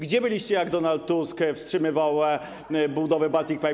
Gdzie byliście, jak Donald Tusk wstrzymywał budowę Baltic Pipe?